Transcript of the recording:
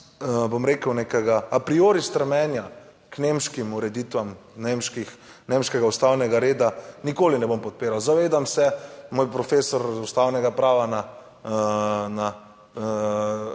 bom rekel, nekega a priori stremenja k nemškim ureditvam, nemških, nemškega ustavnega reda nikoli ne bom podpiral. Zavedam se, moj profesor ustavnega prava na